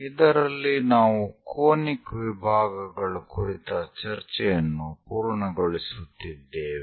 ಇದರಲ್ಲಿ ನಾವು ಕೋನಿಕ್ ವಿಭಾಗಗಳ ಕುರಿತ ಚರ್ಚೆಯನ್ನು ಪೂರ್ಣಗೊಳಿಸುತ್ತಿದ್ದೇವೆ